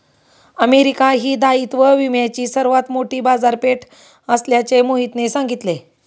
America ही दायित्व विम्याची सर्वात मोठी बाजारपेठ असल्याचे मोहितने सांगितले